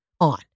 on